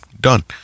done